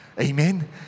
Amen